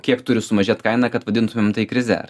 kiek turi sumažėt kaina kad vadintumėm tai krize